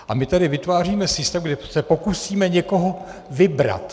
A my tady vytváříme systém, kde se pokusíme někoho vybrat.